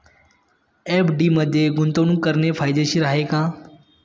FD मध्ये गुंतवणूक करणे फायदेशीर आहे का?